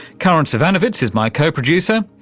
karin zsivanovits is my co-producer.